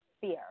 fear